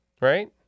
right